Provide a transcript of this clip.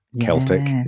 Celtic